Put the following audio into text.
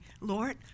Lord